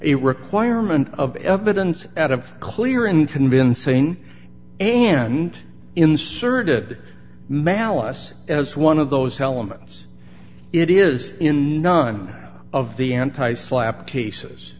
a requirement of evidence out of clear and convincing and inserted malice as one of those elements it is in none of the anti slapp cases